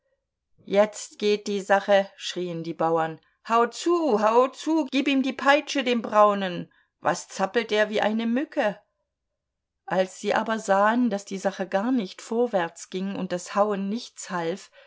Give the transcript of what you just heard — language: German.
jetzt geht die sache schrien die bauern hau zu hau zu gib ihm die peitsche dem braunen was zappelt er wie eine mücke als sie aber sahen daß die sache gar nicht vorwärts ging und das hauen nichts half